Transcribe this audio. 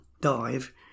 dive